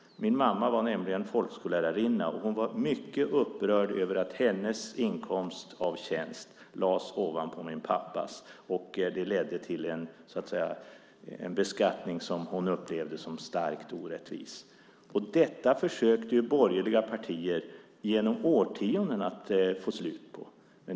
Min mamma var nämligen folkskollärarinna. Hon var mycket upprörd över att hennes inkomst av tjänst lades ovanpå min pappas. Det ledde till en beskattning som hon upplevde som starkt orättvis. Detta försökte borgerliga partier genom årtionden att få slut på.